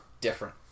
different